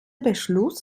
beschluss